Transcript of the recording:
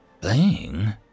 Playing